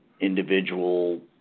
individual